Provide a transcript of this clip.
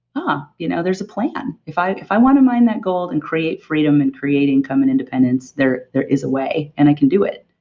but you know there's a plan. if i if i want to mine that gold and create freedom and creating common independence there there is a way and i can do it,